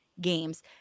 games